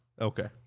Okay